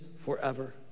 forever